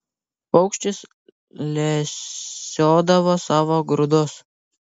paukštis lesiodavo savo grūdus